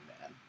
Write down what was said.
man